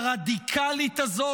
הרדיקלית הזו,